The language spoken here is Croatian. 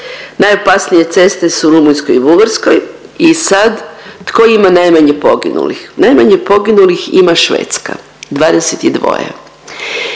Najopasnije ceste su u Rumunjskoj i u Bugarskoj. I sad tko ima najmanje poginulih? Najmanje poginulih ima Švedska 22